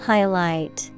Highlight